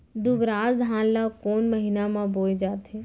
दुबराज धान ला कोन महीना में बोये जाथे?